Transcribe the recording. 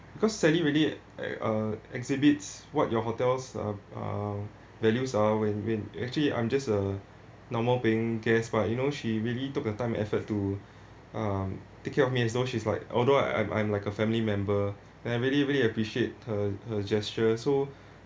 because sally really at uh exhibits what your hotels uh uh values ah when when actually I'm just a normal paying guests but you know she really took the time effort to um take care of me as though she's like although I I'm I'm like a family member then I really really appreciate her her gesture so